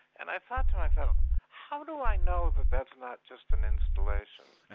and i thought to myself, how do i know that that's not just an installation?